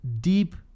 deep